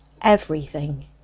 Everything